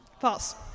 False